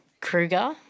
Kruger